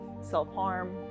self-harm